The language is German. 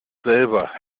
selber